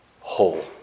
whole